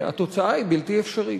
והתוצאה היא בלתי אפשרית.